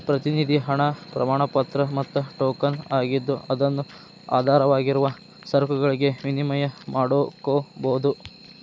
ಪ್ರತಿನಿಧಿ ಹಣ ಪ್ರಮಾಣಪತ್ರ ಮತ್ತ ಟೋಕನ್ ಆಗಿದ್ದು ಅದನ್ನು ಆಧಾರವಾಗಿರುವ ಸರಕುಗಳಿಗೆ ವಿನಿಮಯ ಮಾಡಕೋಬೋದು